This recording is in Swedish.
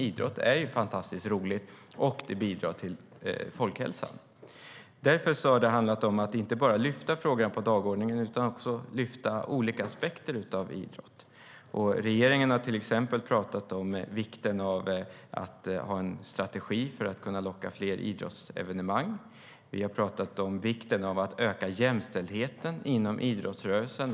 Idrott är fantastiskt roligt och bidrar till folkhälsan. Det handlar inte bara om att lyfta frågan på dagordningen utan också om att lyfta olika aspekter av idrott. Regeringen har till exempel pratat om vikten av att ha en strategi för att kunna locka hit fler idrottsevenemang. Vi har pratat om vikten av att öka jämställdheten inom idrottsrörelsen.